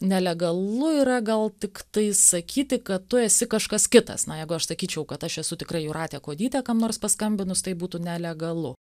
nelegalu yra gal tiktai sakyti kad tu esi kažkas kitas na jeigu aš sakyčiau kad aš esu tikrai jūratė kuodytė kam nors paskambinus tai būtų nelegalu